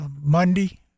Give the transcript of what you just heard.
monday